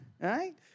right